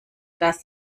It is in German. das